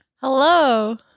Hello